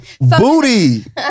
booty